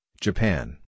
Japan